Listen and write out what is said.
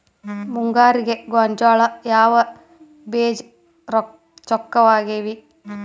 ಮುಂಗಾರಿಗೆ ಗೋಂಜಾಳ ಯಾವ ಬೇಜ ಚೊಕ್ಕವಾಗಿವೆ?